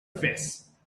face